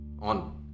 on